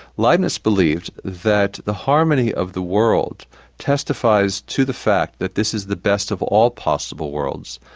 leibniz believed that the harmony of the world testifies to the fact that this is the best of all possible worlds.